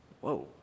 Whoa